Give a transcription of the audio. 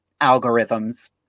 algorithms